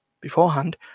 beforehand